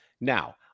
Now